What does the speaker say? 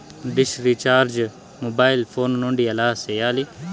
dish recharge mobile phone నుండి ఎలా సేయాలి